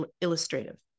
illustrative